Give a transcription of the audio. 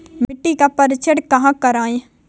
मिट्टी का परीक्षण कहाँ करवाएँ?